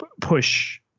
push